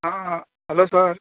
हां hello sir